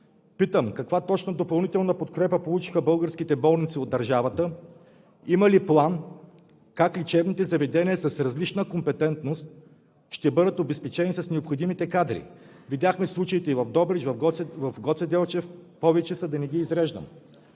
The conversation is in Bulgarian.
Питам: каква точно допълнителна подкрепа получиха българските болници от държавата? Има ли план как лечебните заведения с различна компетентност ще бъдат обезпечени с необходимите кадри? Видяхме случаите и в Добрич, в Гоце Делчев – повече са, да не ги изреждам.